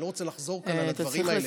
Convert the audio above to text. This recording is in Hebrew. ואני לא רוצה לחזור כאן על הדברים האלה.